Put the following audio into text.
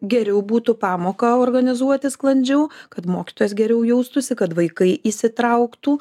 geriau būtų pamoką organizuoti sklandžiau kad mokytojas geriau jaustųsi kad vaikai įsitrauktų